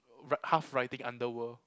half writing underworld